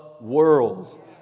world